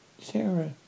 Sarah